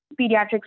Pediatrics